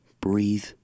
breathe